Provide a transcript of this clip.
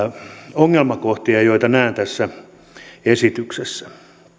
ongelmakohdista joita näen tässä esityksessä